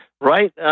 right